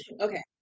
Okay